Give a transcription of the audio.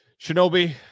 Shinobi